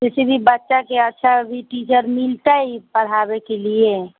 किसी भी बच्चाके अभी अच्छा टीचर मिलतै पढ़ाबयके लिए